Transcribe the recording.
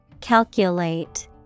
Calculate